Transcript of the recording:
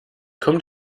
kommt